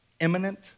imminent